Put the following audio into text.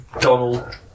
Donald